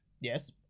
Yes